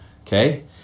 Okay